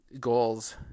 Goals